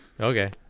Okay